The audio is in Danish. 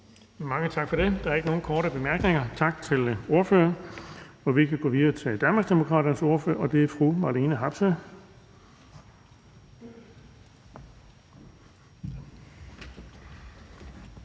Mange tak for det. Der er ikke nogen korte bemærkninger. Tak til ordføreren. Vi går videre til Danmarksdemokraternes ordfører, og det er fru Marlene Harpsøe.